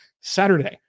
Saturday